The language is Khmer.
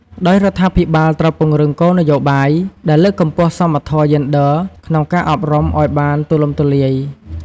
ដោយរដ្ឋាភិបាលត្រូវពង្រឹងគោលនយោបាយដែលលើកកម្ពស់សមធម៌យេនឌ័រក្នុងការអប់រំអោយបានទូលំទូលាយ។